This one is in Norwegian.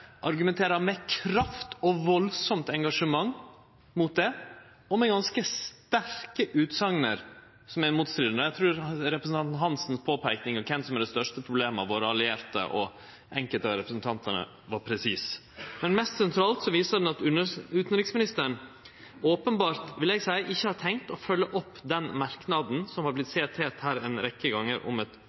argumenterer med kraft og veldig engasjement mot det og med ganske sterke utsegner som er motstridande. Eg trur representanten Hansen si påpeiking av kven som er det største problemet av våre allierte og enkelte av representantane, var presis. Men mest sentralt viser debatten at utanriksministeren – openbert, vil eg seie – ikkje har tenkt å følgje opp den merknaden som har vorte sitert her ei rekkje gonger, om eit